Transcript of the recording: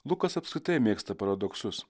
lukas apskritai mėgsta paradoksus